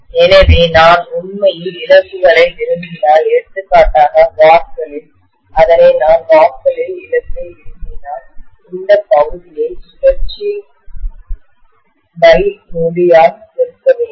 எனவே நான் உண்மையில் இழப்புகளை விரும்பினால் எடுத்துக்காட்டாக வாட் களில் அதனால் நான் வாட் களில் இழப்பை விரும்பினால் இந்த பகுதியை சுழற்சிநொடி ஆல் பெருக்க வேண்டும்